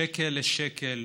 שקל לשקל,